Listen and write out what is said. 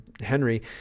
Henry